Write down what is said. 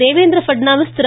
Devendra Fadnavis Thiru